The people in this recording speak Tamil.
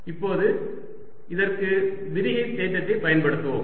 இப்போது இதற்கு விரிகை தேற்றத்தைப் பயன்படுத்துவோம்